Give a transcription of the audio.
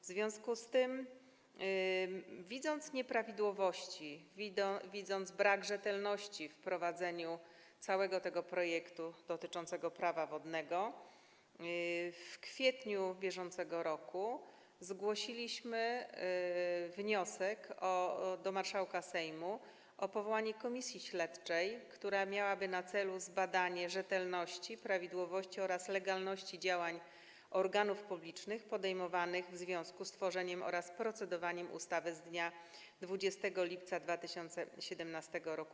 W związku z tym, widząc nieprawidłowości, widząc brak rzetelności w prowadzeniu projektu dotyczącego Prawa wodnego, w kwietniu br. zgłosiliśmy wniosek do marszałka Sejmu o powołanie Komisji Śledczej, która miałaby na celu zbadanie rzetelności, prawidłowości oraz legalności działań organów publicznych podejmowanych w związku z tworzeniem ustawy oraz procedowaniem nad ustawą z dnia 20 lipca 2017 r.